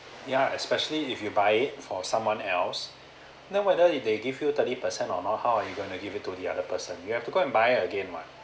yeah especially if you buy it for someone else then whether if they give you thirty percent or not how are you gonna give it to the other person you have to go and buy it again [what]